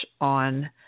on